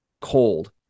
cold